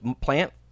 plant